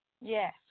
Yes